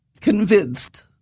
Convinced